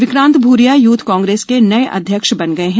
Vikrant Bhuria youth Congress के नए अध्यक्ष बन गए हैं